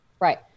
Right